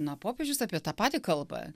na popiežius apie tą patį kalba